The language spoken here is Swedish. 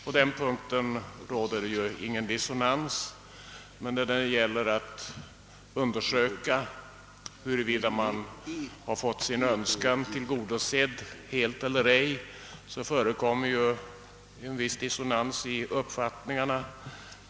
På den punkten finns det ingen dissonans, men när det gäller att undersöka huruvida man har fått sin önskan tillgodosedd eller ej föreligger en viss skillnad i uppfattningarna.